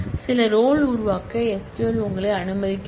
சில ரோல் உருவாக்க SQL உங்களை அனுமதிக்கிறது